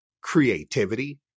creativity